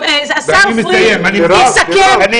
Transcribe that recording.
השר פריג', תסכם.